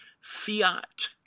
fiat